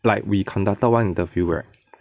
like we conducted one interview right